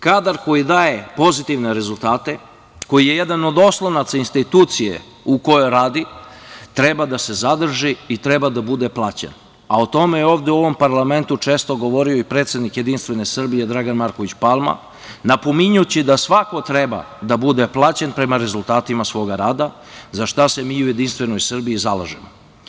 Kadar koji daje pozitivne rezultate, koji je jedan od oslonaca institucije u kojoj radi, treba da se zadrži i treba da bude plaćen, a o tome je ovde u ovom parlamentu često govorio i predsednik JS Dragan Marković Palma, napominjući da svako treba da bude plaćen prema rezultatima svog rada, za šta se mi u JS zalažemo.